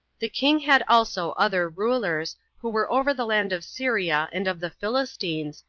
the king had also other rulers, who were over the land of syria and of the philistines,